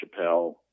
Chappelle